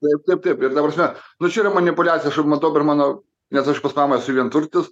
taip taip taip ir ta prasme nu čia yra manipuliacija dobermano nes aš pas mamą esu vienturtis